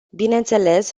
bineînțeles